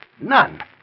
None